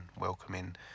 welcoming